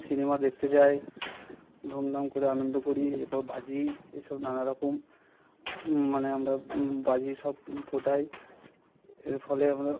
cinema দেখতে যাই ধুমধাম করে আনন্দ করি এরপর বাজি এসব নানারকম মানে আমরা বাজি সব ফাটাই এর ফলে আমরা